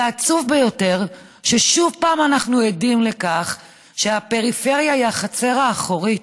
ועצוב ביותר ששוב אנחנו עדים לכך שהפריפריה היא החצר האחורית.